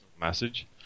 message